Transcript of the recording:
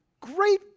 Great